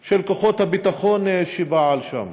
של כוחות הביטחון שפעל שם.